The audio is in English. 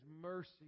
mercy